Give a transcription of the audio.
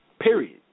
Period